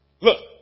Look